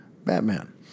Batman